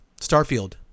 Starfield